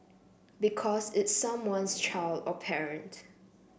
because it's someone's child or parent